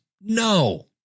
no